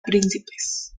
príncipes